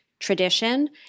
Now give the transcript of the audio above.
tradition